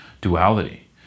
duality